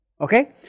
Okay